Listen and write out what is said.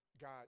God